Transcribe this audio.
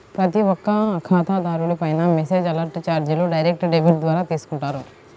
ప్రతి ఒక్క ఖాతాదారుడిపైనా మెసేజ్ అలర్ట్ చార్జీలు డైరెక్ట్ డెబిట్ ద్వారా తీసుకుంటారు